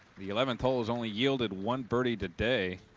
the eleventh hole has only yielded one birdie today